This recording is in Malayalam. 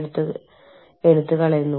അതിനാൽ അത് വളരെ സങ്കീർണ്ണമായി മാറുന്നു